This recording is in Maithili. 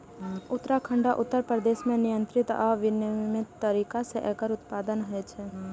उत्तराखंड आ उत्तर प्रदेश मे नियंत्रित आ विनियमित तरीका सं एकर उत्पादन होइ छै